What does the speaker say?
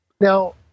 Now